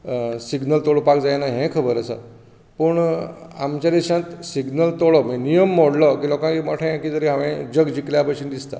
signal तोडपाक जायना हेंय खबर आसा पूण आमच्या देशांत सिग्नल तोडप नियम मोडलो की लोकांक कितें तरी मोठे हांवे जग जिंखल्या भशेन दिसता